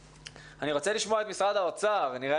אני רוצה לשמוע את משרד האוצר נראה